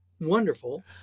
wonderful